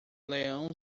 leão